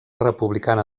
republicana